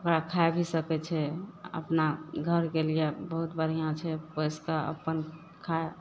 ओकरा खाइ भी सकय छै अपना घरके लिये बहुत बढ़िआँ छै पोसिकऽ अपन खाइ